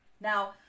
Now